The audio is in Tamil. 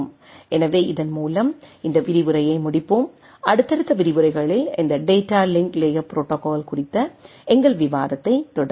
எனவே இதன் மூலம் இந்த விரிவுரையை முடிப்போம் அடுத்தடுத்த விரிவுரைகளில் இந்த டேட்டா லிங்க் லேயர் ப்ரோடோகால்கள் குறித்த எங்கள் விவாதத்தைத் தொடருவோம்